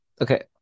Okay